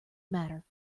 matter